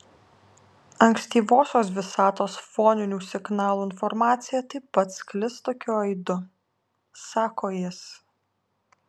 ankstyvosios visatos foninių signalų informacija taip pat sklis tokiu aidu sako jis